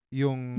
yung